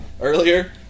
earlier